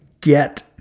get